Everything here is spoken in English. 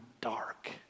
dark